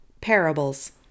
Parables